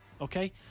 Okay